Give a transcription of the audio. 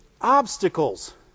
obstacles